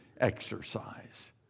exercise